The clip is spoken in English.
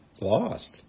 lost